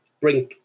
bring